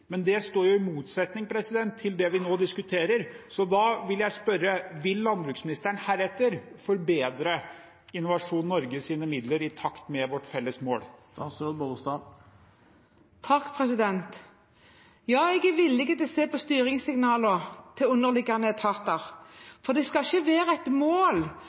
men det står jo i motsetning til det vi nå diskuterer. Så da vil jeg spørre: Vil landbruksministeren heretter forbedre Innovasjon Norges midler i takt med vårt felles mål? Ja, jeg er villig til å se på styringssignaler til underliggende etater, for det skal ikke være et mål